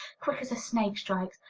quick as a snake strikes,